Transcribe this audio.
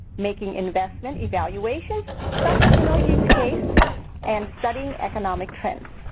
making investment evaluations such as in our use case and studying economic trends.